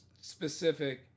specific